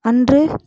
அன்று